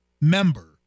member